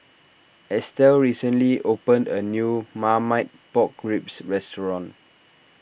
Estel recently opened a new Marmite Pork Ribs Restaurant